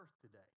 today